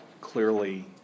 clearly